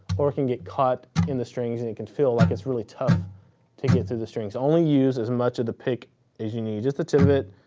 or it can get caught in the strings, and it can feel like it's really tough to get through the strings. only use as much of the pick as you need, just the tip of it,